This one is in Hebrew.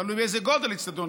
תלוי באיזה גודל האצטדיון,